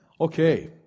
Okay